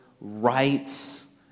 rights